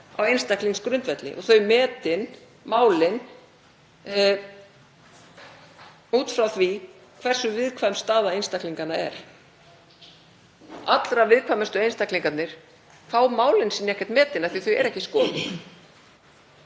á einstaklingsgrundvelli og málin metin út frá því hversu viðkvæm staða einstaklinganna er. Allra viðkvæmustu einstaklingarnir fá málin sín ekkert metin af því að þau eru ekki skoðuð.